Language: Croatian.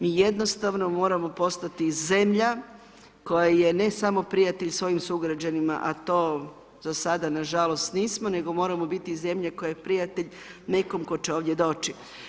Mi jednostavno moramo postati zemlja koja je ne samo prijatelj svojim sugrađanima, a to za sada na žalost nismo nego moramo biti i zemlja koja je prijatelj nekom tko će ovdje doći.